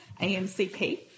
AMCP